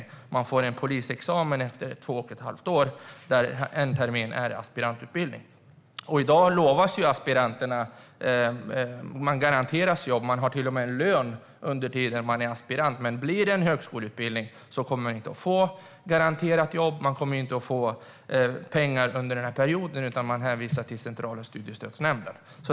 Studenterna får en polisexamen efter två och ett halvt år, varav en termin är aspirantutbildning. I dag garanteras aspiranterna jobb, och de har till och med lön under aspiranttiden. Men blir det en högskoleutbildning kommer studenterna inte att vara garanterade jobb, och de kommer inte att få pengar under den perioden. I stället hänvisas de till Centrala studiestödsnämnden.